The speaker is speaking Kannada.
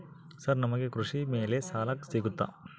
ಸರ್ ನಮಗೆ ಕೃಷಿ ಮೇಲೆ ಸಾಲ ಸಿಗುತ್ತಾ?